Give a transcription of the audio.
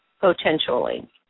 potentially